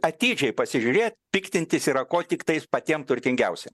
atidžiai pasižiūrėt piktintis yra ko tiktais patiem turtingiausiem